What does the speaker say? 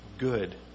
Good